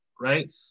right